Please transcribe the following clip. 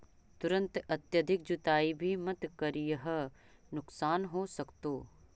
परंतु अत्यधिक जुताई भी मत करियह नुकसान हो सकतो